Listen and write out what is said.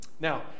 Now